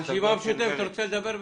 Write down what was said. הרשימה המשותפת, רוצה לדבר?